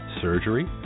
surgery